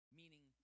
meaning